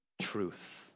truth